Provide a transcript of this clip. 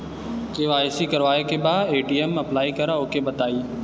KYC करावे के बा ए.टी.एम अप्लाई करा ओके बताई?